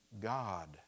God